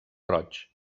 roig